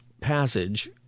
passage